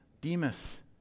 Demas